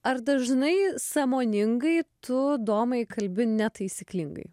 ar dažnai sąmoningai tu domai kalbi netaisyklingai